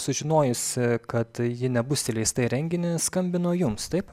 sužinojusi kad ji nebus įleista į renginį skambino jums taip